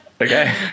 Okay